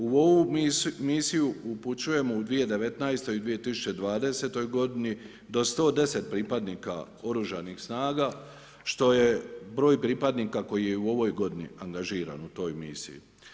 U ovu misiju upućujemo u 2019. i 2020. godini do 110 pripadnika oružanih snaga, što je broj pripadnika koji je u ovoj godini angažiran u toj misiji.